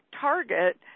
target